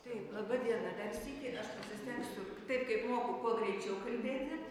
taip laba diena dar sykį aš psistengsiu taip kaip moku kuo greičiau kalbėti